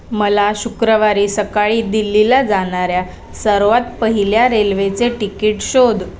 मला शुक्रवारी सकाळी दिल्लीला जाणाऱ्या सर्वात पहिल्या रेल्वेचे टिकीट शोध